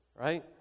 right